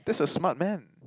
that's a smart man